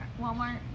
Walmart